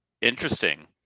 interesting